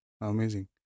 Amazing